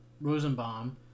Rosenbaum